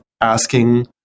asking